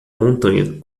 montanha